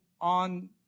on